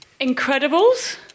Incredibles